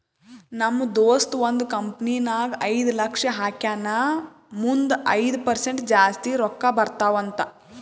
ನಮ್ ದೋಸ್ತ ಒಂದ್ ಕಂಪನಿ ನಾಗ್ ಒಂದ್ ಲಕ್ಷ ಹಾಕ್ಯಾನ್ ಮುಂದ್ ಐಯ್ದ ಪರ್ಸೆಂಟ್ ಜಾಸ್ತಿ ರೊಕ್ಕಾ ಬರ್ತಾವ ಅಂತ್